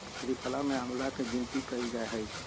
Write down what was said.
त्रिफला में आंवला के गिनती कइल जाहई